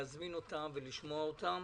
להזמין אותם ולשמוע אותם,